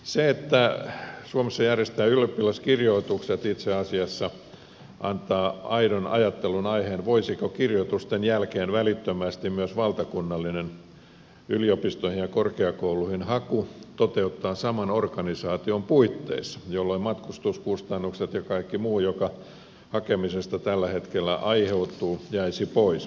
se että suomessa järjestetään ylioppilaskirjoitukset itse asiassa antaa aidon ajattelunaiheen voitaisiinko kirjoitusten jälkeen välittömästi myös valtakunnallinen yliopistoihin ja korkeakouluihin haku toteuttaa saman organisaation puitteissa jolloin matkustuskustannukset ja kaikki muu mikä hakemisesta tällä hetkellä aiheutuu jäisi pois